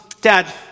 Dad